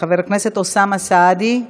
חבר הכנסת אוסאמה סעדי,